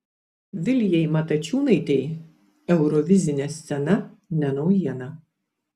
vilijai matačiūnaitei eurovizinė scena ne naujiena